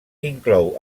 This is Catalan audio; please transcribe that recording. inclou